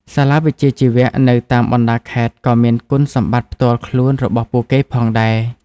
សាលាវិជ្ជាជីវៈនៅតាមបណ្ដាខេត្តក៏មានគុណសម្បត្តិផ្ទាល់ខ្លួនរបស់ពួកគេផងដែរ។